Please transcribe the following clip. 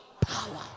Power